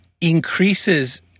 increases